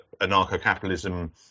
anarcho-capitalism